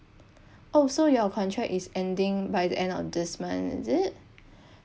oh so your contract is ending by the end of this month is it